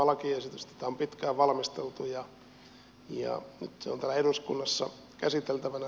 tätä on pitkään valmisteltu ja nyt se on täällä eduskunnassa käsiteltävänä